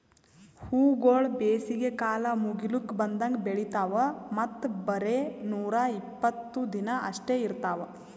ಹೂವುಗೊಳ್ ಬೇಸಿಗೆ ಕಾಲ ಮುಗಿಲುಕ್ ಬಂದಂಗ್ ಬೆಳಿತಾವ್ ಮತ್ತ ಬರೇ ನೂರಾ ಇಪ್ಪತ್ತು ದಿನ ಅಷ್ಟೆ ಇರ್ತಾವ್